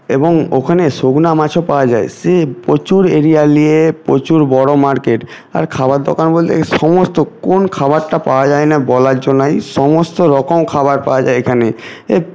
এবং ওখানে শুকনা মাছও পাওয়া যায় সে প্রচুর এরিয়া নিয়ে প্রচুর বড়ো মার্কেট আর খাবার দোকান বলতে সমস্ত কোন খাবারটা পাওয়া যায় না বলার জো নাই সমস্ত রকম খাবার পাওয়া যায় এখানে এ